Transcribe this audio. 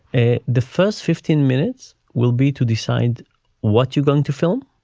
ah the first fifteen minutes will be to decide what you're going to film,